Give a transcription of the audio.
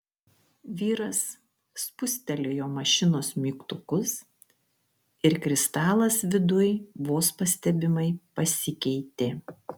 vyras spustelėjo mašinos mygtukus ir kristalas viduj vos pastebimai pasikeitė